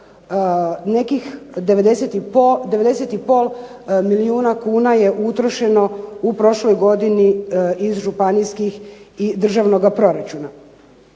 nekih 90,5 milijuna kuna je utrošeno u prošloj godini iz županijskih i državnoga proračuna.